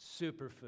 superfood